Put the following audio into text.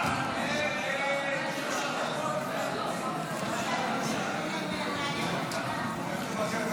ההצעה לכלול את הנושא בסדר-היום של הכנסת לא נתקבלה.